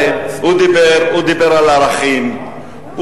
הוא דיבר על ערכים,